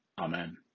Amen